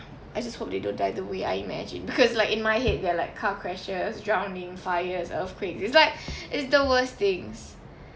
I just hope they don't die the way I imagine because like in my head they are like car crashes drowning fires earthquakes it's like it's the worst things